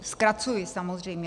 Zkracuji, samozřejmě.